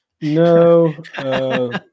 No